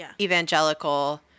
evangelical